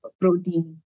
protein